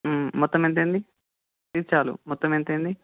మొత్తం ఎంతయింది ఇది చాలు మొత్తం ఎంతయింది